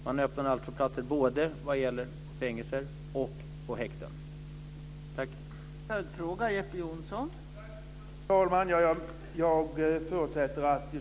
Man öppnar platser både på fängelser och på häkten.